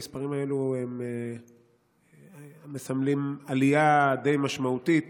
המספרים האלה מסמלים עלייה די משמעותית